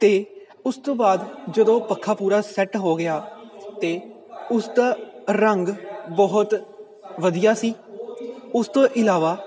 ਅਤੇ ਉਸ ਤੋਂ ਬਾਅਦ ਜਦੋਂ ਪੱਖਾ ਪੂਰਾ ਸੈੱਟ ਹੋ ਗਿਆ ਤਾਂ ਉਸ ਦਾ ਰੰਗ ਬਹੁਤ ਵਧੀਆ ਸੀ ਉਸ ਤੋਂ ਇਲਾਵਾ